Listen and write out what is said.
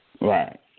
Right